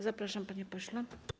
Zapraszam, panie pośle.